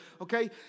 Okay